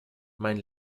mein